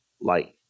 light